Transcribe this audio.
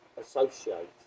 associate